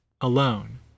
alone